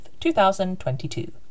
2022